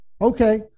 Okay